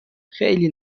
خیلی